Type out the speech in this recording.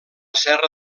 serra